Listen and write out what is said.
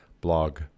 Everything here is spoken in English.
blog